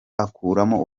akuramo